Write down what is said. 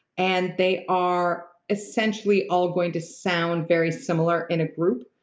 and they are essentially all going to sound very similar in a group.